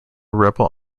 rebel